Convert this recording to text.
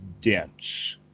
dense